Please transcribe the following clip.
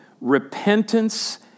Repentance